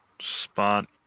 spot